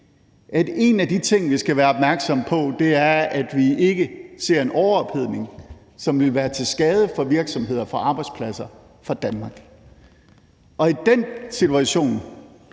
at en af de ting, vi skal være opmærksomme på, er, at vi ikke ser en overophedning, som ville være til skade for virksomheder, for arbejdspladser og for Danmark. I den situation